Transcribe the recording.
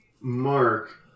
Mark